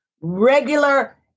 regular